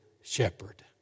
shepherd